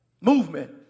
Movement